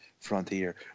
frontier